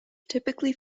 typically